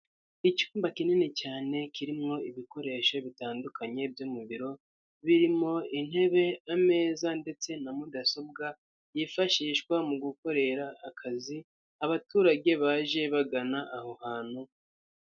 Icyumba kinini cyane kirimo ibikoresho bitandukanye byo mu biro, birimo intebe, ameza ndetse na mudasobwa, yifashishwa mu gukorera akazi abaturage baje bagana aho hantu.